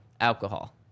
Alcohol